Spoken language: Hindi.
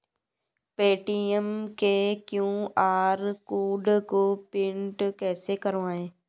पेटीएम के क्यू.आर कोड को प्रिंट कैसे करवाएँ?